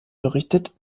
berichtet